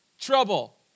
trouble